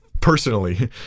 personally